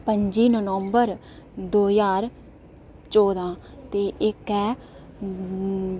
पंज्जी नवम्बर दो ज्हार चौदां ते इक ऐ